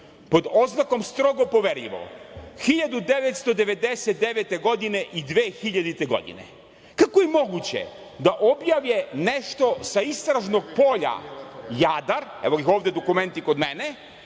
pod oznakom strogo poverljivo, 1999. godine i 2000. godine? Kako je moguće da objave nešto sa istražnog polja Jadar, evo ih ovde dokumenti kod mene,